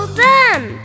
done